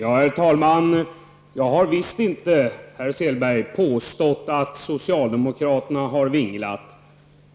Herr talman! Jag har visst inte, herr Selberg, påstått att socialdemokraterna har vinglat i frågan.